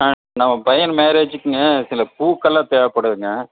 ஆ நம்ம பையன் மேரேஜுக்குங்க சில பூக்கள்லாம் தேவைப்படுதுங்க